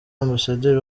ambasaderi